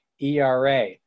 ERA